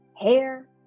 hair